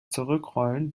zurückrollen